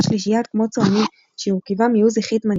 שלישיית כמו צועני שהורכבה מעוזי חיטמן,